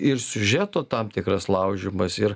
ir siužeto tam tikras laužymas ir